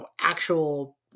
actual